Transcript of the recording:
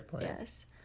yes